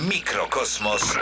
Mikrokosmos